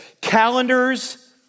Calendars